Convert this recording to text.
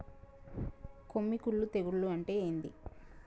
కొమ్మి కుల్లు తెగులు అంటే ఏంది?